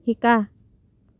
শিকা